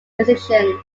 musicians